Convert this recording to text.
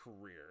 career